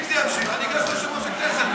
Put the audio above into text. אם זה יימשך, אני אגש ליושב-ראש הכנסת.